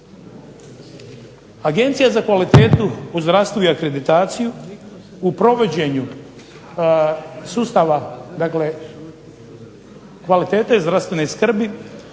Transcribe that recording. Agencija za kvalitetu u zdravstvu i akreditaciju u provođenju sustava kvalitete zdravstvene skrbi